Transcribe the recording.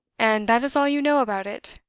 and that is all you know about it?